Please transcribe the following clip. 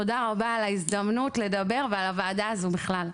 תודה רבה על ההזדמנות לדבר ועל הוועדה הזו בכלל.